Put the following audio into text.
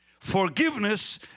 Forgiveness